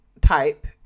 type